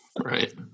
right